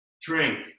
drink